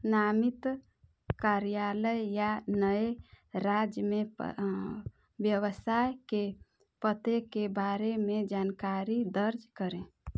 नामित कार्यालय या नये राज्य में व्यवसाय के पते के बारे में जानकारी दर्ज करें